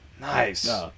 Nice